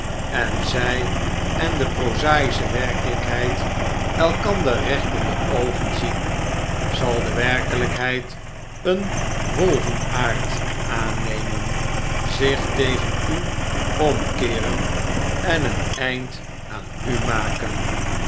en zij en de prozaische werkelijkheid elkander recht in de oogen zien zal de werkelijkheid een wolvenaard aannemen zich tegen u omkeeren en een eind aan u maken